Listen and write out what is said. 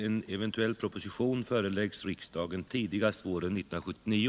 En eventuell proposition föreläggs riksdagen tidigast våren 1979.